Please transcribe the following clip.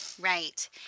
Right